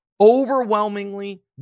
overwhelmingly